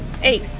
eight